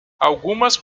algumas